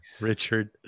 Richard